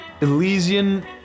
Elysian